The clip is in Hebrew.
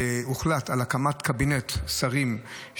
והוחלט על הקמת קבינט שרים,